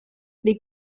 les